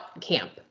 camp